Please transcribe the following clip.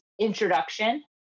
introduction